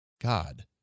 God